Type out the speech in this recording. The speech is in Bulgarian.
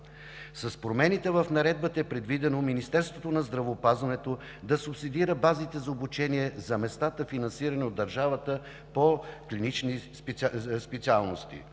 С промените в Наредбата е предвидено Министерството на здравеопазването да субсидира базите за обучение, за местата, финансирани от държавата, по клиничните специалности.